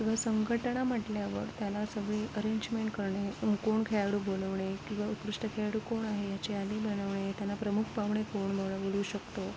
किंवा संघटना म्हटल्यावर त्याला सगळी अरेंजमेंट करणे उं कोण खेळाडू बोलवणे किंवा उत्कृष्ट खेळाडू कोण आहे ह्याची यादी बनवणे त्याला प्रमुख पाहुणे कोण म्हणू बोलू शकतो